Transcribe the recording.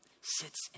sits